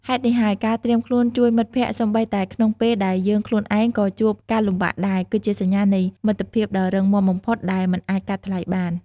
ហេតុនេះហើយ ការត្រៀមខ្លួនជួយមិត្តភក្តិសូម្បីតែក្នុងពេលដែលយើងខ្លួនឯងក៏ជួបការលំបាកដែរ គឺជាសញ្ញានៃមិត្តភាពដ៏រឹងមាំបំផុតដែលមិនអាចកាត់ថ្លៃបាន។